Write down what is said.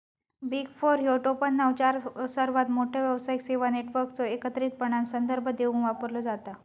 big four ह्यो टोपणनाव चार सर्वात मोठ्यो व्यावसायिक सेवा नेटवर्कचो एकत्रितपणान संदर्भ देवूक वापरलो जाता